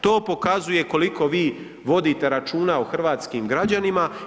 To pokazuje koliko vi vodite računa o hrvatskim građanima.